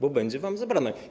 Bo będzie wam zabrane.